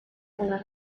una